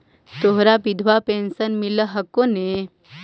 तोहरा विधवा पेन्शन मिलहको ने?